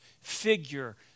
figure